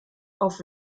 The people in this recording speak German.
auf